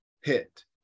hit